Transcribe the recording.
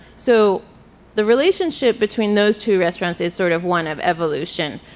so the relationship between those two restaurants is sort of one of evolution.